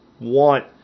want